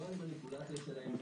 לא על מניפולציה שלהם.